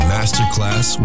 Masterclass